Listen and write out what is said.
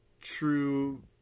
true